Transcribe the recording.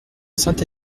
saint